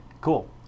Cool